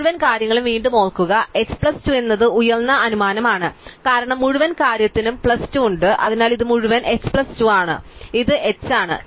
അതിനാൽ മുഴുവൻ കാര്യങ്ങളും വീണ്ടും ഓർക്കുക h പ്ലസ് 2 എന്നത് ഉയർന്ന അനുമാനമാണ് കാരണം മുഴുവൻ കാര്യത്തിനും പ്ലസ് 2 ഉണ്ട് അതിനാൽ ഇത് മുഴുവൻ h പ്ലസ് 2 ആണ് ഇത് h ആണ്